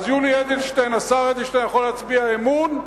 אז השר אדלשטיין יכול להצביע אמון,